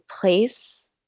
place